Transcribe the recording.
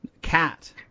Cat